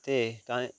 ते कानि